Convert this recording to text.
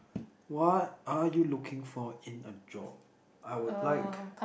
what are you looking for in a job I would like